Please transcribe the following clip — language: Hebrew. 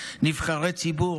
נבחרי ציבור,